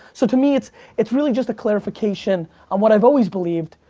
so to me it's it's really just a clarification on what i've always believed,